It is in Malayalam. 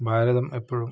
ഭാരതം എപ്പഴും